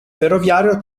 ferroviario